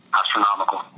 astronomical